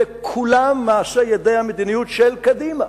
אלה כולם מעשי ידי המדיניות של קדימה.